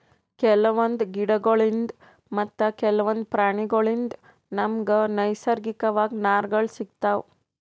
ಕೆಲವೊಂದ್ ಗಿಡಗೋಳ್ಳಿನ್ದ್ ಮತ್ತ್ ಕೆಲವೊಂದ್ ಪ್ರಾಣಿಗೋಳ್ಳಿನ್ದ್ ನಮ್ಗ್ ನೈಸರ್ಗಿಕವಾಗ್ ನಾರ್ಗಳ್ ಸಿಗತಾವ್